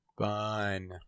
Fine